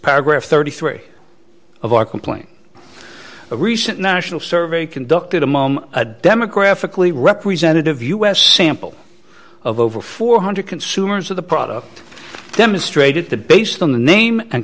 paragraph thirty three of our complaint a recent national survey conducted a moment a demographically representative u s sample of over four hundred consumers of the product demonstrated that based on the name and